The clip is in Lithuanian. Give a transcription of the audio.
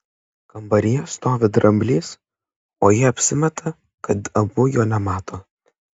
kambaryje stovi dramblys o jie apsimeta kad abu jo nemato